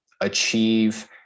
achieve